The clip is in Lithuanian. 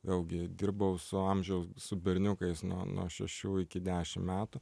vėlgi dirbau su amžiaus su berniukais nuo nuo šešių iki dešim metų